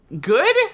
Good